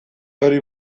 hori